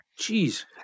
Jeez